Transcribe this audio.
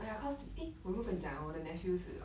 oh ya cause eh 我有没有跟你讲我的 nephew 是